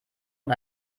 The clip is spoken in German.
und